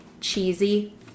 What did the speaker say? Cheesy